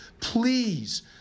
Please